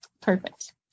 perfect